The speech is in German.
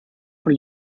von